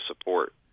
support